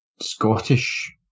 Scottish